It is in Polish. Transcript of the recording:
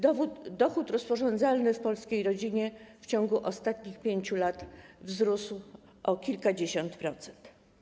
Dochód rozporządzalny w polskiej rodzinie w ciągu ostatnich 5 lat wzrósł o kilkadziesiąt procent.